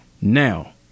Now